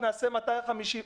נעשה אירוע של 250 איש.